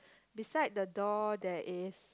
beside the door there is